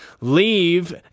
leave